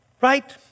right